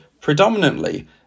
predominantly